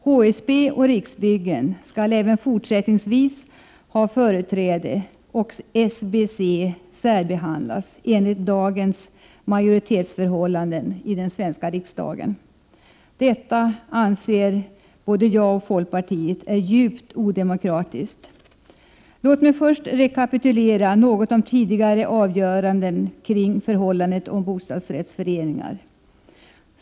HSB och Riksbyggen skall även fortsättningsvis ha företräde och SBC särbehandlas, enligt dagens majoritetsförhållanden i den svenska riksdagen. Detta är, anser jag och folkpartiet, djupt odemokratiskt! Låt mig först rekapitulera något om tidigare avgöranden kring förhållandet om bostadsrättsföreningar.